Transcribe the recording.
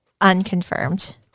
unconfirmed